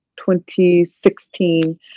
2016